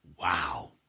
Wow